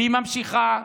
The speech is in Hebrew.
והיא ממשיכה.